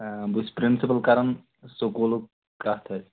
آ بہٕ چھُس پرنسپٕل کران سکوٗلُک کَتھ حظ